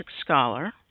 Scholar